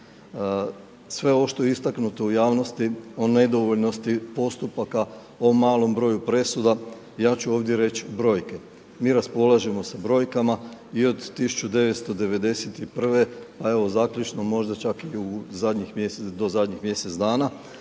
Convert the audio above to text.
Sve ovo što je istaknuto u javnosti o nedovoljnosti postupaka, o malom broju presuda, ja ću ovdje reći brojke. Mi raspolažemo s brojkama i od 1991. pa evo zaključno možda čak i u zadnjih mjesec,